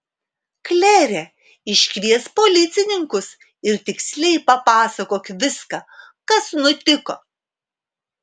klere iškviesk policininkus ir tiksliai papasakok viską kas nutiko